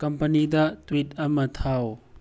ꯀꯝꯄꯅꯤꯗ tweet ꯑꯃ ꯊꯥꯎ